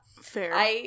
Fair